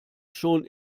schon